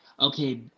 okay